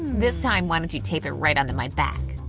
this time, why don't you tape it right onto my back?